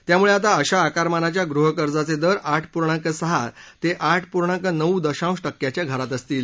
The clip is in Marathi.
त्यामुळे आता अशा आकारमानाच्या गृहकर्जाचे दर आठ पूर्णांक सहा ते आठ पूर्णांक नऊ दशांश टक्याच्या घरात असतील